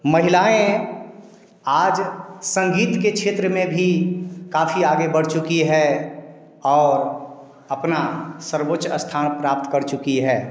महिलाएँ आज संगीत के क्षेत्र में भी काफी आगे बढ़ चुकी है और अपना सर्वोच्च स्थान प्राप्त कर चुकी है